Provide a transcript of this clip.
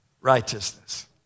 righteousness